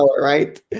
right